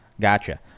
Gotcha